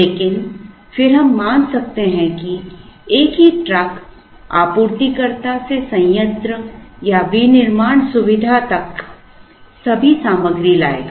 लेकिन फिर हम मान सकते हैं कि एक ही ट्रक आपूर्तिकर्ता से संयंत्र या विनिर्माण सुविधा तक सभी सामग्री लाएगा